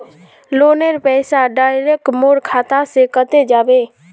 लोनेर पैसा डायरक मोर खाता से कते जाबे?